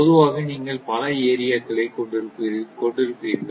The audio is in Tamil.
பொதுவாக நீங்கள் பல ஏரியா க்களை கொண்டிருப்பீர்கள்